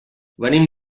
venim